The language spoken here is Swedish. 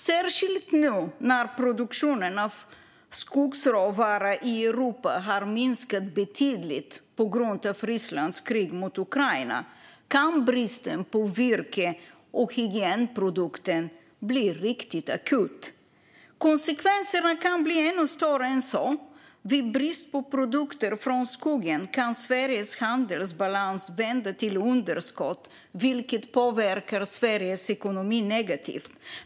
Särskilt nu när produktionen av skogsråvara i Europa har minskat betydligt på grund av Rysslands krig mot Ukraina kan bristen på virke och hygienprodukter bli riktigt akut. Konsekvenserna kan bli ännu större än så. Vid brist på produkter från skogen kan Sveriges handelsbalans vända till underskott, vilket påverkar Sveriges ekonomi negativt.